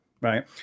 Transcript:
right